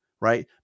right